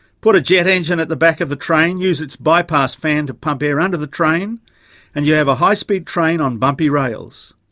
put a jet engine at the back of the train, use its bypass fan to pump air under the train and you have a high speed train on bumpy rails.